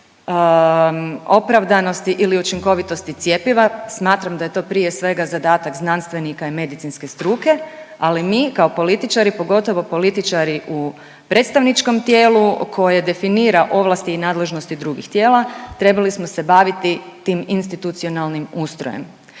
opravdanosti ili učinkovitosti cjepiva, smatram da je to prije svega, zadatak znanstvenika i medicinske struke, ali mi kao političari, pogotovo političari u predstavničkom tijelu koje definira ovlasti i nadležnosti drugih tijela, trebali smo se baviti tim institucionalnim ustrojem